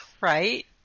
Right